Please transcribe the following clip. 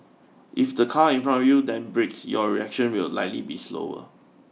if the car in front of you then brakes your reaction will likely be slower